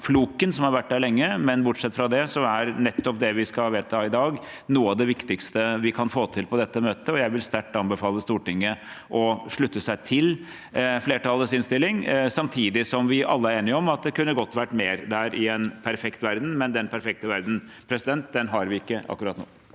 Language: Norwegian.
som har vært der lenge, men bortsett fra det er det vi skal vedta i dag, noe av det viktigste vi kan få til på dette møtet. Jeg vil sterkt anbefale Stortinget å slutte seg til flertallets innstilling, samtidig som vi alle er enige om at det godt kunne vært mer der, i en perfekt verden. Men den perfekte verdenen har vi ikke akkurat nå.